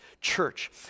church